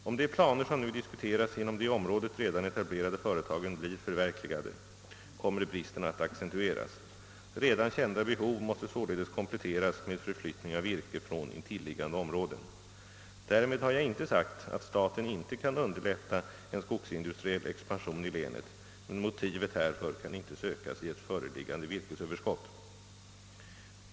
Om de planer som nu diskuteras inom de i området redan etablerade företagen blir förverkligade, kommer bristen att accentueras. Redan kända behov måste således kompletteras med förflyttning av virke från intilliggande områden. Därmed har jag inte sagt att staten inte kan underlätta en skogsindustriell expansion i länet, men motivet härför kan inte sökas i ett föreliggande virkesöverskott.